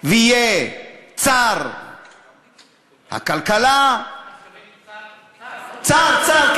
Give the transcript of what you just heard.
ויהיה צר הכלכלה, אתה מתכוון צר-צר, צר-צר.